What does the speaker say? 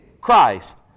christ